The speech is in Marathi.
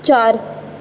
चार